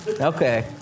Okay